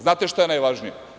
Znate šta je najvažnije?